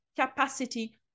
capacity